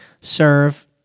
serve